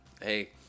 Hey